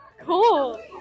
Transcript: Cool